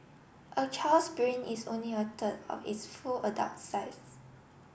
a child's brain is only a third of its full adult size